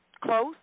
close